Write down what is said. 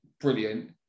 brilliant